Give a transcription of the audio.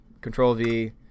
Control-V